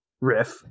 Riff